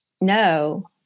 No